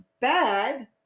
bad